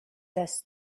this